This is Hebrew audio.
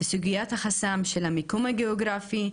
סוגיית החסם של המיקום הגיאוגרפי,